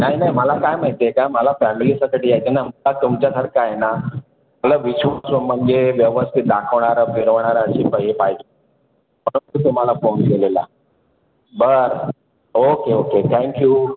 नाही नाही मला काय माहिती आहे का मला फॅमिलीसकट यायचं आहे ना मला तुमच्यासारखं आहे ना मला म्हणजे व्यवस्थित दाखवणारं फिरवणारं अशी पाहिजे म्हणून मी तुम्हाला फोन केलेला बरं ओके ओके थँक्यू